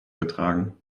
getragen